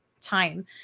time